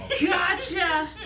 Gotcha